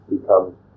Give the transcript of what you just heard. become